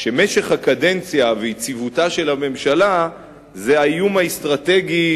שמשך הקדנציה ויציבותה של הממשלה זה האיום האסטרטגי,